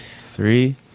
Three